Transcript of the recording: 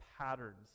patterns